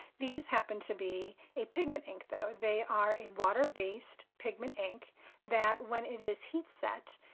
these happen to be a pigment ink, though. they are a water based pigment ink that when it is heat set,